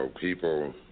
people